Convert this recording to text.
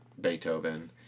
Beethoven